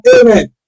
amen